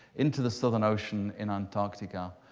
into the southern ocean in antarctica,